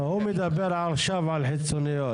לא, הוא מדבר עכשיו על חיצוניות.